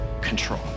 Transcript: control